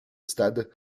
stade